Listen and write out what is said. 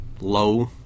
low